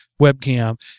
webcam